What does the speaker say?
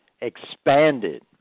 expanded